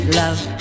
love